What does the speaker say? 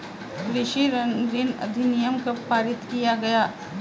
कृषि ऋण अधिनियम कब पारित किया गया?